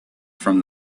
from